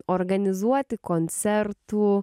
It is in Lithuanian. organizuoti koncertų